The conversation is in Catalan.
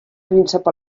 príncep